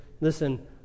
Listen